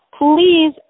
please